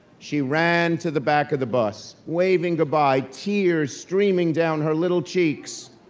she ran to the back of the bus, waving goodbye, tears streaming down her little cheeks.